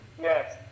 Yes